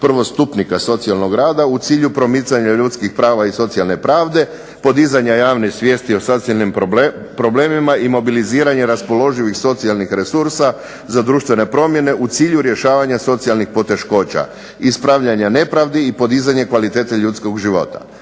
prvostupnika socijalnog rada u cilju promicanja ljudskih prava i socijalne pravde, podizanja javne svijesti o socijalnim problemima i mobiliziranje raspoloživih socijalnih resursa za društvene promjene u cilju rješavanja socijalnih poteškoća. Ispravljanja nepravdi i podizanje kvalitete ljudskog života.